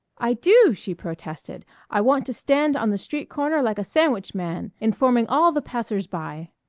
i do, she protested i want to stand on the street corner like a sandwich man, informing all the passers-by.